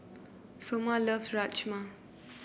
Sommer loves Rajma